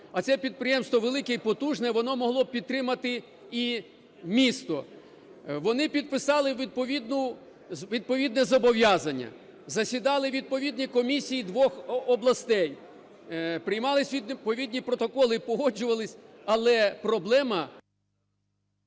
А це підприємство велике і потужне, воно могло б підтримати і місто. Вони підписали відповідне зобов'язання, засідали відповідні комісії двох областей. Приймались відповідні протоколи і погоджувались. Але проблема…